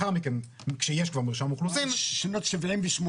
מה קרה בשנות ה-70 וה-80?